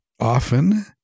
often